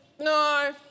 no